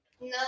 No